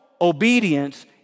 obedience